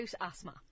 asthma